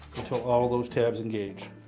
until all those tabs engage